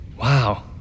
Wow